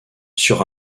sur